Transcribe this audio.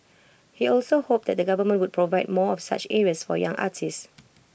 he also hoped that the government would provide more of such areas for young artists